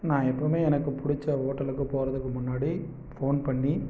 நான் எப்பவுமே எனக்கு பிடிச்ச ஹோட்டலுக்கு போறதுக்கு முன்னாடி ஃபோன் பண்ணி